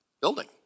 building